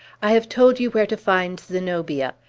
i have told you where to find zenobia.